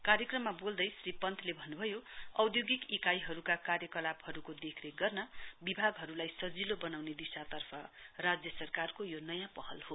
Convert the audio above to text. कार्यक्रममा बोल्दै श्री पन्तले भन्नभयो औद्योगिक इकाइहरूका कार्यकलापहरूको देखरेख गर्न विभागहरूलाई सजिलो बनाउने दिशातर्फ राज्य सरकारको यो नयाँ पहल हो